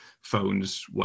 phones